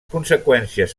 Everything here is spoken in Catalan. conseqüències